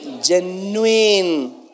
Genuine